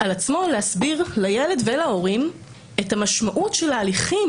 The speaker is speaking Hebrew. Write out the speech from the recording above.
על עצמו להסביר לילד ולהורים את המשמעות של ההליכים.